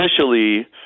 officially